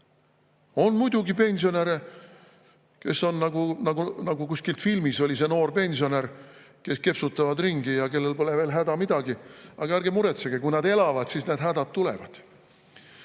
On muidugi pensionäre, nagu kuskil filmis oli see noor pensionär, kes kepsutavad ringi ja kellel pole häda midagi. Aga ärge muretsege, kui nad elavad, siis need hädad tulevad.